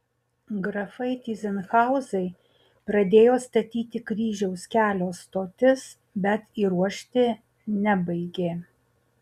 grafai tyzenhauzai pradėjo statyti kryžiaus kelio stotis bet įruošti nebaigė